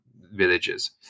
villages